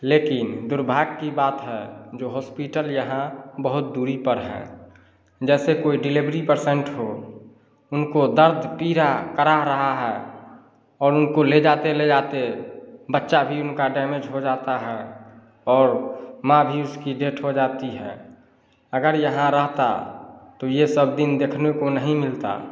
लेकिन दुर्भाग्य की बात है जो हॉस्पिटल यहाँ बहुत दूरी पर है जैसे कोई डिलिवरी पेशेन्ट हो उनको दर्द पीड़ा कराह रही है और उनको ले जाते ले जाते बच्चा भी उनका डैमेज हो जाता है और माँ भी उसकी डेथ हो जाती है अगर यहाँ रहता तो यह सब दिन देखने को नहीं मिलता